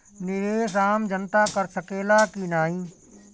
निवेस आम जनता कर सकेला की नाहीं?